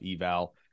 eval